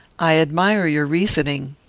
i admire your reasoning.